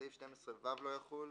(15)סעיף 12ו לא יחול,